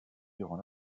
durant